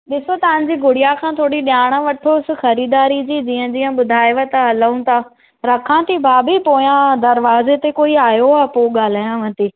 ॾिसो तव्हां जी गुड़िया खां थोरी ॼाण वठोसि ख़रीदारी जी जीअं जीअं ॿुधायव त हलूं था रखां थी भाभी पोयां दरवाज़े ते कोई आयो आहे पोइ ॻाल्हायांव थी